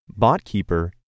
BotKeeper